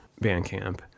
Bandcamp